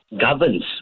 governs